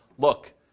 look